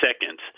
seconds